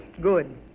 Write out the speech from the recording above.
Good